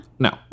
No